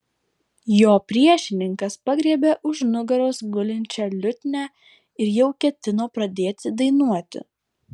jo priešininkas pagriebė už nugaros gulinčią liutnią ir jau ketino pradėti dainuoti